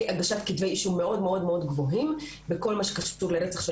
הגשת כתבי אישום מאוד גבוהים בכל מה שקשור לרצח של